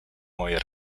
moje